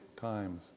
times